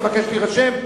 להירשם?